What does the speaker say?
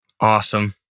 Awesome